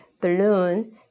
balloon